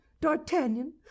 d'artagnan